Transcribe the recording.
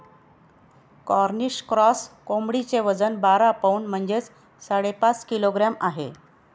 Cornish cross कोंबडीचे वजन बारा पौंड म्हणजेच साडेपाच किलोग्रॅम आहे